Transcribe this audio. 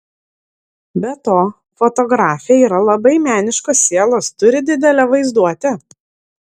be to fotografė yra labai meniškos sielos turi didelę vaizduotę